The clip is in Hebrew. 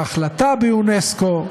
ההחלטה באונסק"ו,